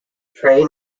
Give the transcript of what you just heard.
train